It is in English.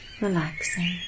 relaxing